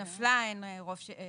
ההסתייגות נפלה, אין רוב.